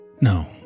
No